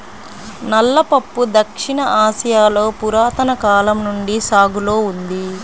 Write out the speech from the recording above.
నల్ల పప్పు దక్షిణ ఆసియాలో పురాతన కాలం నుండి సాగులో ఉంది